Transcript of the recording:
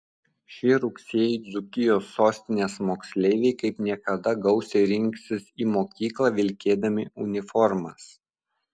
šį rugsėjį dzūkijos sostinės moksleiviai kaip niekada gausiai rinksis į mokyklą vilkėdami uniformas